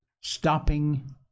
stopping